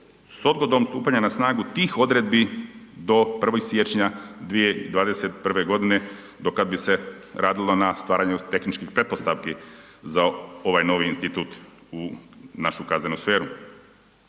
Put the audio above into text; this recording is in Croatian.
s odgodom stupanja na snagu tih odredbi do 1. siječnja 2021. g. do kad bi se radilo na stvaranju tehničkih pretpostavki za ovaj novi institut u našu kaznenu sferu.